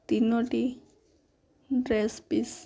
ତିନୋଟି dress piece